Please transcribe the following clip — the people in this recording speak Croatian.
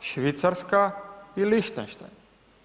Švicarska i Lichtenstein.